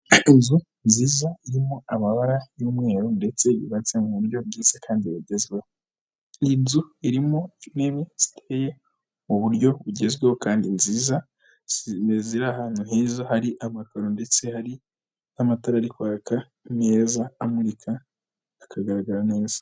Inzu nziza irimo amabara y'umweru ndetse yubatse mu buryo bwiza kandi bugezweho, iyi nzu irimo intebe ziteye mu buryo bugezweho kandi nziza, ziri ahantu heza hari amakaro ndetse hari n'amatara ari kwaka meza amurika akagaragara neza.